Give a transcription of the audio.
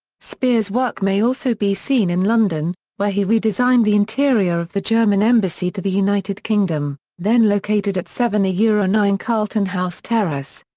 speer's work may also be seen in london, where he redesigned the interior of the german embassy to the united kingdom, then located at seven ah nine carlton house terrace.